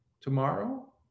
Tomorrow